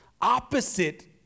opposite